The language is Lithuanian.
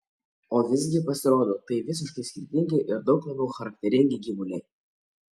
o visgi pasirodo tai visiškai skirtingi ir daug labiau charakteringi gyvuliai